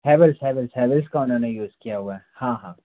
Havells Havells Havells का उन्होंने use किया हुआ है हाँ हाँ